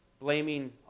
blaming